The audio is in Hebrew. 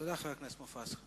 תודה, חבר הכנסת מופז.